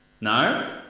No